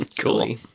cool